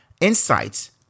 insights